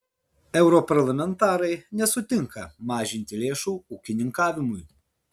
europarlamentarai nesutinka mažinti lėšų ūkininkavimui